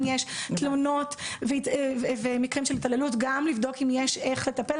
אם יש תלונות ומקרים של התעללות גם לבדוק אם יש איך לטפל,